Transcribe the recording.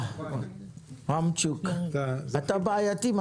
רמצ'וק, אתה בעייתי.